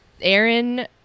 aaron